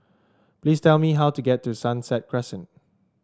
please tell me how to get to Sunset Crescent